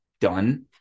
done